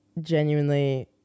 genuinely